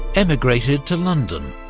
emigrated to london,